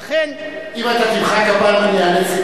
אם אתה תמחא לו כפיים,